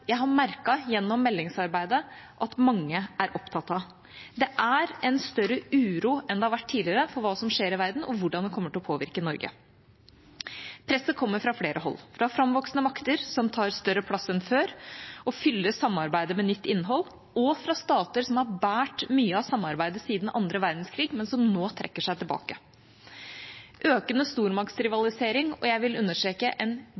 jeg gjennom meldingsarbeidet har merket at mange er opptatt av. Det er større uro enn tidligere for hva som skjer i verden, og hvordan det kommer til å påvirke Norge. Presset kommer fra flere hold: fra framvoksende makter som tar større plass enn før og fyller samarbeidet med nytt innhold, og fra stater som har båret mye av samarbeidet siden annen verdenskrig, men som nå trekker seg tilbake. Økende stormaktsrivalisering – og jeg vil understreke: en